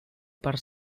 per